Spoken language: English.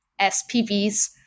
SPVs